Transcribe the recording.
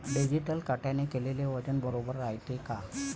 Digital काट्याने केलेल वजन बरोबर रायते का?